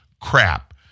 crap